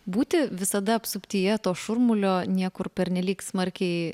būti visada apsuptyje to šurmulio niekur pernelyg smarkiai